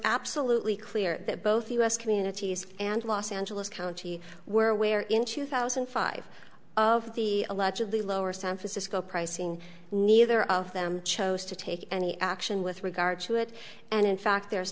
absolutely clear that both u s communities and los angeles county were aware in two thousand and five of the allegedly lower san francisco pricing neither of them chose to take any action with regard to it and in fact there is